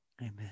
Amen